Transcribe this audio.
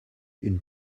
une